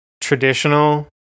traditional